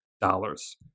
dollars